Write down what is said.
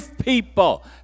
people